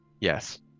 Yes